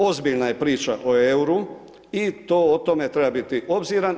Ozbiljna je priča o euru i to, o tome treba biti obziran.